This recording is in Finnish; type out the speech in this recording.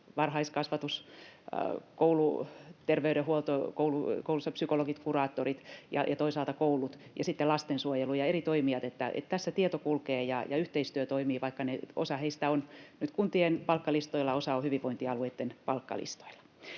varhaiskasvatus, kouluterveydenhuolto, koulussa psykologit, kuraattorit ja toisaalta koulut ja sitten lastensuojelu ja eri toimijat — tässä tieto kulkee ja yhteistyö toimii, vaikka osa heistä on nyt kuntien palkkalistoilla ja osa on hyvinvointialueitten palkkalistoilla.